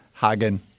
hagen